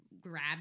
grab